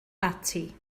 ati